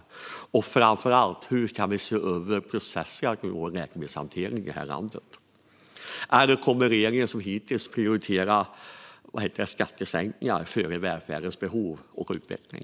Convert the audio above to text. Det handlar framför allt om att se över processerna för läkemedelshanteringen i landet. Eller kommer regeringen, som hittills, att prioritera skattesänkningar före välfärdens behov och utveckling?